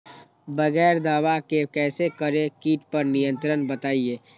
बगैर दवा के कैसे करें कीट पर नियंत्रण बताइए?